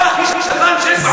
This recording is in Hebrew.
אתה הכי שקרן שיש בעולם.